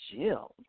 Jill